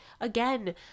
again